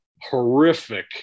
horrific